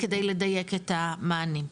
כדי לדייק את המענים.